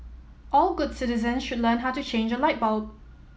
all good citizens should learn how to change a light bulb